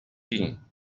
king